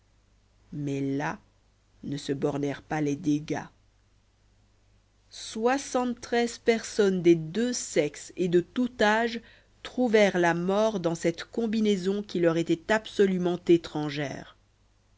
mais là ne se bornèrent pas les dégâts soixante-treize personnes des deux sexes et de tout âge trouvèrent la mort dans cette combinaison qui leur était absolument étrangère